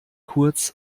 kurz